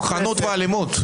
כוחנות ואלימות.